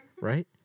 right